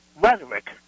rhetoric